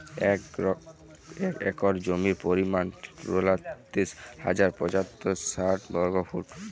এক একর জমির পরিমাণ তেতাল্লিশ হাজার পাঁচশত ষাট বর্গফুট